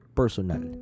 personal